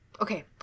okay